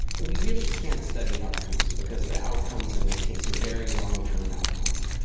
we really can't study outcomes because the outcomes in this case are very long-term outcomes.